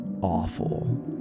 Awful